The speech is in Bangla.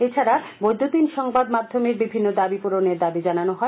এছাডা বৈদ্যুতিন সংবাদ মাধ্যমের বিভিন্ন দাবী পূরণের দাবী জানানো হয়